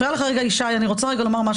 ברגע שאין חזקה אין משמעות לכל מה